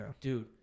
dude